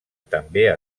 també